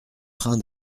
train